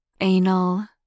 anal